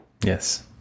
Yes